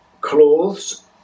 clothes